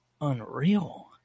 unreal